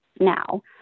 now